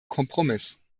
kompromiss